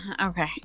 Okay